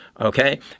Okay